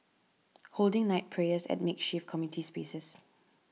holding night prayers at makeshift community spaces